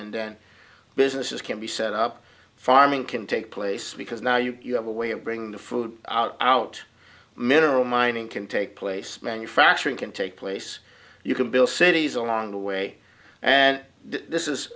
and then businesses can be set up farming can take place because now you you have a way of bringing the food out out mineral mining can take place manufacturing can take place you can build cities along the way and this is